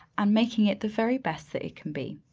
i'm making it the very best that it can be.